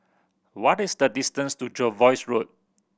what is the distance to Jervois Road